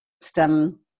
system